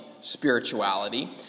Spirituality